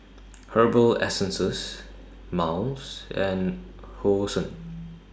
Herbal Essences Miles and Hosen